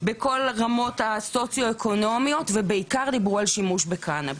בכל הרמות הסוציו-אקונומיות ובעיקר דיברו על שימוש בקנאביס.